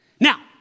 Now